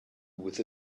with